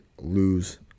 lose